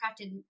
crafted